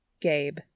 Gabe